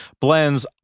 blends